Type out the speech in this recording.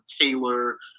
Taylor